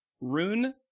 Rune